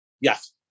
Yes